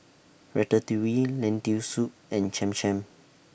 Ratatouille Lentil Soup and Cham Cham